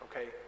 okay